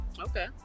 Okay